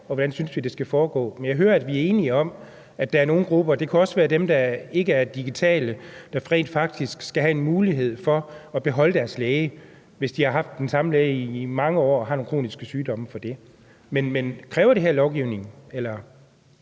og hvordan synes vi det skal foregå? Men jeg hører, at vi er enige om, at der er nogle grupper – det kunne også være dem, der ikke er digitale – der rent faktisk skal have en mulighed for at beholde deres læge, hvis de har haft den samme læge i mange år og har nogle kroniske sygdomme. Men kræver det her lovgivning,